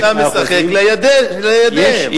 אתה משחק לידיהם.